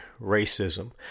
racism